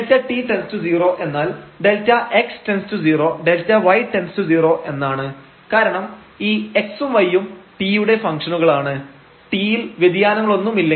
Δt→0 എന്നാൽ Δx→0 Δy→0 എന്നാണ് കാരണം ഈ x ഉം y ഉം t യുടെ ഫംഗ്ഷനുകളാണ് t യിൽ വ്യതിയാനങ്ങളൊന്നുമില്ലെങ്കിൽ